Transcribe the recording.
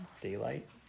daylight